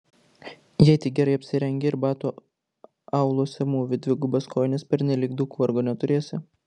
jei tik gerai apsirengi ir batų auluose mūvi dvigubas kojines pernelyg daug vargo neturėsi